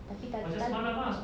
tapi tak ada tali